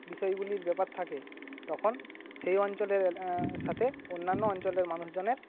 বিষয়গুলির ব্যাপার থাকে তখন সেই অঞ্চলের সাথে অন্যান্য অঞ্চলের মানুষজনের